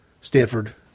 Stanford